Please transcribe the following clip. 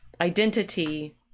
identity